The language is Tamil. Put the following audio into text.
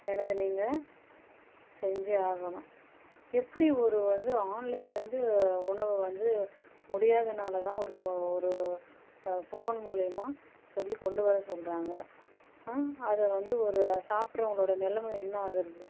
எனக்கு நீங்கள் செஞ்சே ஆகணும் எப்படி ஒரு வந்து ஆன்லைன்லந்து உணவு வந்து முடியாதனால தான் ஒரு ஒரு ஃபோன் மூலியம்மா சொல்லி கொண்டு வர சொல்லுறாங்க அதை வந்து ஒரு சாப்பிட்றவங்களோட நிலம என்ன ஆகுறது